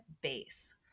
base